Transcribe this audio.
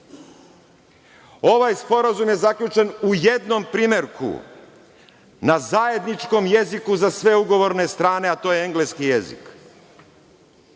Sporazum je zaključen u jednom primerku na zajedničkom jeziku za sve ugovorne strane, a to je engleski jezik.